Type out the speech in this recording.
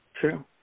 True